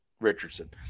Richardson